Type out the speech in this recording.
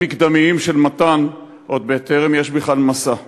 מקדמיים של מתן עוד בטרם יש בכלל משא.